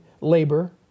labor